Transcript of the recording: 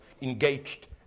engaged